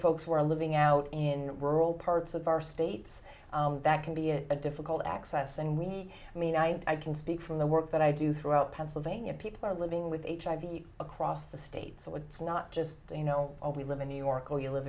folks who are living out in rural parts of our states that can be a difficult access and we i mean i can speak from the work that i do throughout pennsylvania people are living with hiv across the state so it's not just you know i'll be live in new york or you live